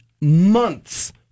months